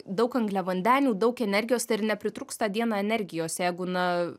daug angliavandenių daug energijos tai ar nepritrūksta dieną energijos jeigu na